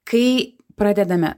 kai pradedame